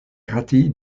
ratée